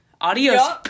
Adios